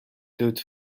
tooth